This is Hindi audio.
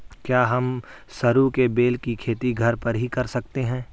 क्या हम सरू के बेल की खेती घर पर ही कर सकते हैं?